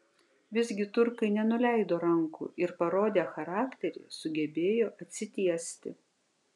visgi turkai nenuleido rankų ir parodę charakterį sugebėjo atsitiesti